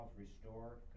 restore